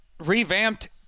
revamped